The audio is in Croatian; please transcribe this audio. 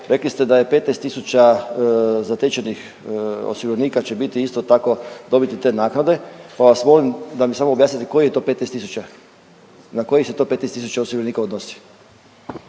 rekli ste da je 15 tisuća zatečenih osiguranika će biti isto tako, dobiti te naknade pa vas molim da mi samo objasnite kojih je to 15 tisuća, na kojih se to 15 tisuća osiguranika odnosi?